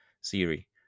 Siri